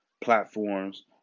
platforms